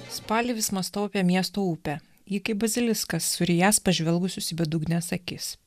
spalį vis mąstau apie miesto upę ji kaip baziliskas surijąs pažvelgius į bedugnes akis